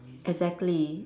exactly